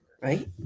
Right